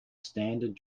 standard